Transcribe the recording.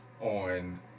On